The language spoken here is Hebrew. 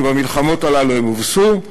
כי במלחמות הללו הם הובסו,